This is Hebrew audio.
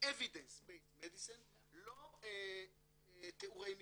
Evidence Based Medicine, לא תיאורי מקרה.